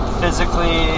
physically